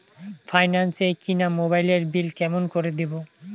Finance এ কিনা মোবাইলের বিল কেমন করে দিবো?